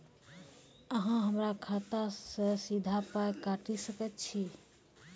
अहॉ हमरा खाता सअ सीधा पाय काटि सकैत छी?